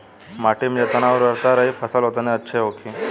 माटी में जेतना उर्वरता रही फसल ओतने अच्छा होखी